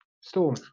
Storm